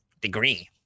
degree